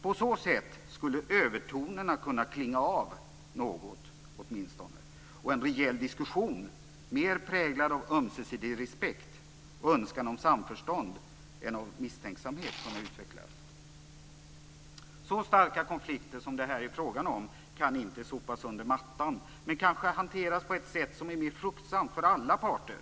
På så sätt skulle övertonerna kunna klinga av, åtminstone något, och en rejäl diskussion, mer präglad av ömsesidig respekt och önskan om samförstånd än av misstänksamhet, kunna utvecklas. Så starka konflikter som det här är fråga om kan inte sopas under mattan men kanske hanteras på ett sätt som är mer fruktsamt för alla parter.